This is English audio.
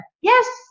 Yes